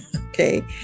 Okay